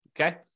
okay